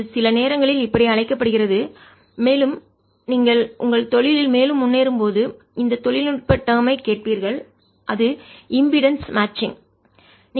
இது சில நேரங்களில் இப்படி அழைக்கப்படுகிறது மேலும் நீங்கள் உங்கள் தொழிலில் மேலும் முன்னேறும்போது இந்த தொழில்நுட்பச் டேர்ம் ஐ சொல்லைக் கேட்பீர்கள் இது இம்பீடன்ஸ் மேட்சிங் மின்மறுப்பு பொருத்தம்